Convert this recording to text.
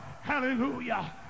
hallelujah